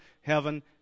heaven